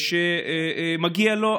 מגיע לו,